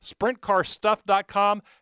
SprintCarStuff.com